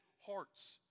hearts